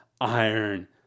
iron